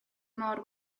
mor